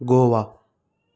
Goa